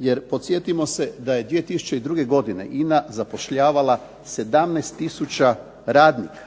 jer podsjetimo se da je 2002. godine INA zapošljavala 17 tisuća radnika.